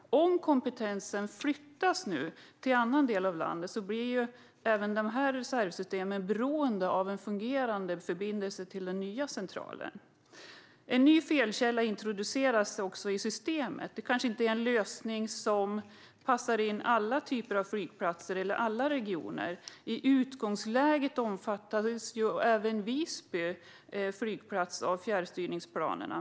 Om kompetensen flyttas till en annan del av landet blir även dessa reservsystem beroende av en fungerande förbindelse med den nya centralen. En ny felkälla introduceras i systemet. Det kanske inte är en lösning som passar alla typer av flygplatser eller alla regioner. I utgångsläget omfattades även Visby flygplats av fjärrstyrningsplanerna.